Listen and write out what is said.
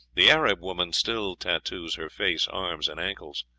the arab woman still tattoos her face, arms, and ankles.